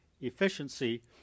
efficiency